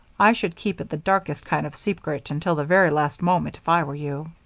i should keep it the darkest kind of secret until the very last moment, if i were you.